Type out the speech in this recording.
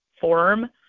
form